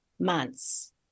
months